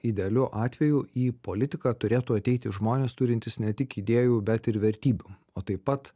idealiu atveju į politiką turėtų ateiti žmonės turintys ne tik idėjų bet ir vertybių o taip pat